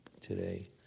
today